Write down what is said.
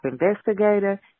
investigator